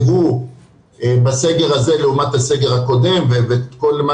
שהוחרגו בסגר הזה לעומת הסגר הקודם וכל מה